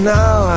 now